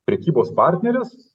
prekybos partneres